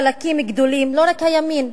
חלקים גדולים, לא רק הימין,